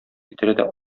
китерә